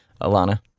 Alana